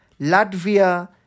Latvia